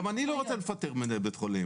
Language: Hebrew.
גם אני לא רוצה לפטר מנהל בית חולים.